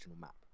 map